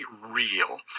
real